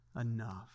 enough